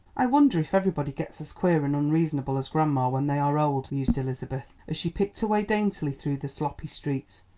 i wonder if everybody gets as queer and unreasonable as grandma when they are old, mused elizabeth, as she picked her way daintily through the sloppy streets.